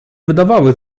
wydawały